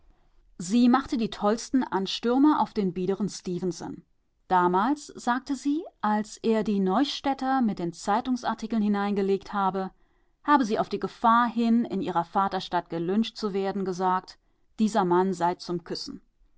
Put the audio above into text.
sie machte die tollsten anstürme auf den biederen stefenson damals sagte sie als er die neustädter mit den zeitungsartikeln hineingelegt habe habe sie auf die gefahr hin in ihrer vaterstadt gelyncht zu werden gesagt dieser mann sei zum küssen